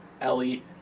Ellie